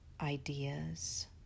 ideas